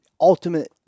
ultimate